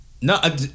No